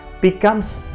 becomes